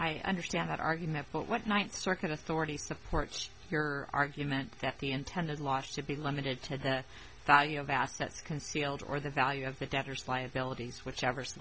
my understand that argument but what ninth circuit authority supports your argument that the intended law should be limited to the value of assets concealed or the value of the debtors liabilities which ever